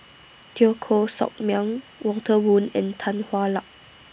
Teo Koh Sock Miang Walter Woon and Tan Hwa Luck